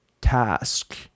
task